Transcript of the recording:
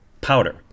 Powder